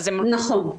נכון.